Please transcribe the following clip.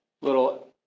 little